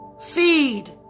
feed